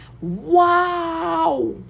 wow